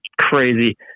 crazy